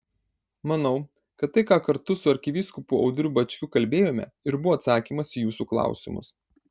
manau kad tai ką kartu su arkivyskupu audriu bačkiu kalbėjome ir buvo atsakymas į jūsų klausimus